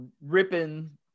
ripping